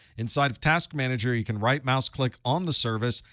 inside of task manager, you can right mouse click on the service,